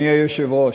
אדוני היושב-ראש,